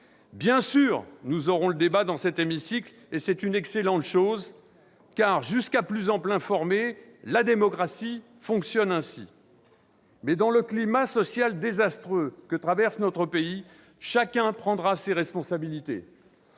Bien sûr, nous en débattrons dans cet hémicycle : c'est une excellente chose, car, jusqu'à plus ample informé, la démocratie fonctionne ainsi. Dans le climat social désastreux que traverse notre pays, chacun prendra ses responsabilités.